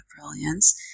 brilliance